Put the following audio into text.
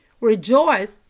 Rejoice